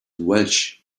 welch